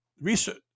research